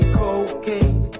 cocaine